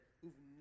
who've